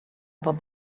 about